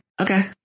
okay